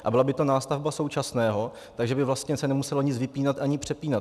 A byla by to nástavba současného, takže by se vlastně nemuselo nic vypínat ani přepínat.